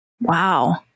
Wow